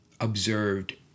observed